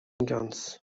guns